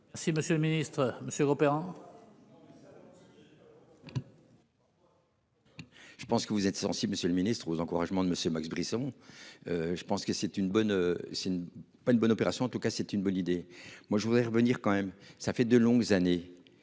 Si Monsieur le Ministre, Monsieur opérant. Je pense que vous êtes si Monsieur le Ministre, vos encouragements de monsieur Max Brisson. Je pense que c'est une bonne c'est une pas une bonne opération en tout cas c'est une bonne idée. Moi je voudrais revenir quand même ça fait de longues années